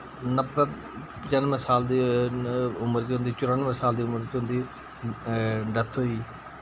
नब्बै पचानुए साल दे उमर च उं'दी चरानुए साल दी उमर च उं'दी डैथ होई